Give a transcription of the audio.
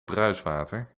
bruiswater